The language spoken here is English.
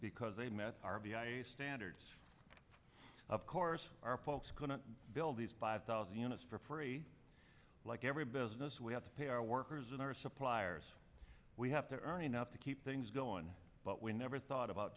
because they met r b i standards of course our folks couldn't build these five thousand units for free like every business we have to pay our workers and our suppliers we have to earn enough to keep things going but we never thought about